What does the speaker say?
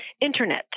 internet